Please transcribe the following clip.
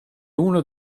uno